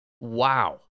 Wow